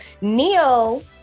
neo